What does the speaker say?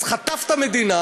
אז חטפת מדינה